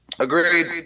Agreed